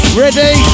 ready